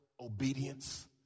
obedience